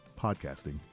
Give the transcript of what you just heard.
podcasting